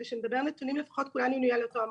כדי שנדבר נתונים, לפחות כולנו נהיה על אותו עמוד.